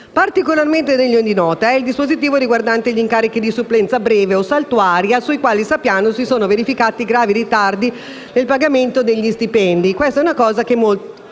Particolarmente degno di nota è il dispositivo riguardante gli incarichi di supplenza breve o saltuaria, sui quali sappiamo si sono verificati gravi ritardi di pagamento degli stipendi. Tale aspetto